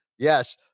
Yes